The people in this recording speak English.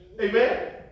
Amen